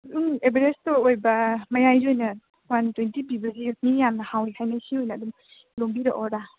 ꯑꯗꯨꯝ ꯑꯦꯕꯔꯦꯁꯇꯣ ꯑꯣꯏꯕ ꯃꯌꯥꯏꯁꯦ ꯑꯣꯏꯅ ꯋꯥꯟ ꯇ꯭ꯋꯦꯟꯇꯤ ꯄꯤꯕꯁꯦ ꯑꯗꯨꯝ ꯌꯥꯝꯅ ꯍꯥꯎꯏ ꯍꯥꯏꯅꯩ ꯁꯤ ꯑꯣꯏꯅ ꯑꯗꯨꯝ ꯂꯧꯕꯤꯔꯛꯑꯣꯔꯥ